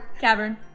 Cavern